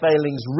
failings